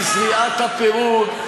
היא זריעת הפירוד,